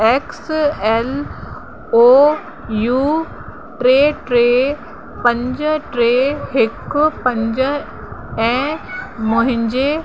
x L O U टे टे पंज टे हिकु पंज ऐं मुंहिंजे